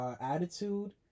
attitude